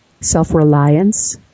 self-reliance